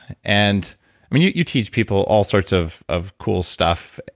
and i mean, you you teach people all sorts of of cool stuff.